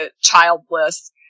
childless